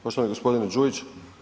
Poštovani gospodine Đujić.